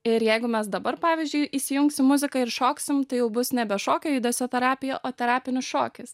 ir jeigu mes dabar pavyzdžiui įsijungsim muziką ir šoksim tai jau bus nebe šokio judesio terapija o terapinis šokis